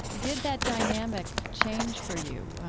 did that dynamic change for you,